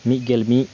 ᱢᱤᱫᱜᱮᱞ ᱢᱤᱫ